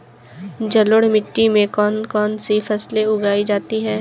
जलोढ़ मिट्टी में कौन कौन सी फसलें उगाई जाती हैं?